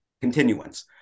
continuance